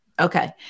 Okay